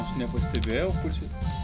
aš nepastebėjau kur čia